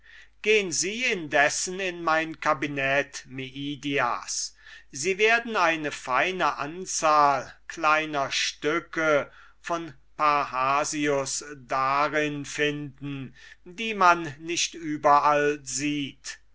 gehn sie indessen in mein cabinet meidias sie werden eine feine anzahl kleiner stücke vom parrhasius darin finden die man nicht überall sieht